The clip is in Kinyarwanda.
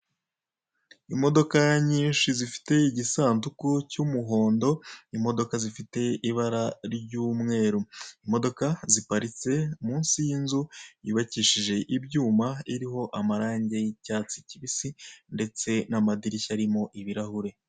Imodoka nyinshi zifite igisanduku cy'umuhondo, imodoka zifite ibara ry'umweru. Imodoka ziparitse munsi y'inzu yubakishije ibyuma iriho amarangi y'icyatsi kibisi ndetse n'amadirishya arimo ibirahure.